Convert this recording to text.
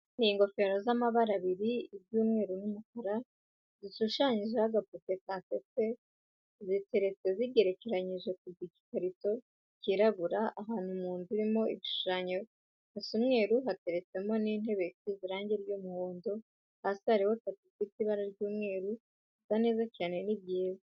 Ni ingofero zamabara abiri Iryumweru nu mukara zishushanyijeho agapupe kasetse ziretse zigerekanyije kugikarito kirabura Ahanu munzu Irimo ibishushanyo hasa umweru hateretsemo nuntebe isize irange ryumuhondo hasi hariho tapi ifite ibara ryumweru hasa neza cyane nibyiza.